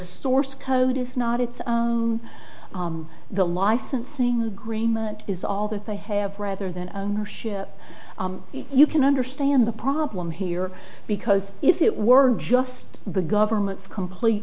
source code if not it's the licensing agreement is all that they have rather than ownership you can understand the problem here because if it were just the government's complete